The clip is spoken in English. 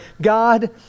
God